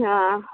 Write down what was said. ହଁ